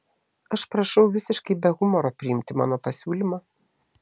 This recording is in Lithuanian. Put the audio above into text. aš prašau visiškai be humoro priimti mano pasiūlymą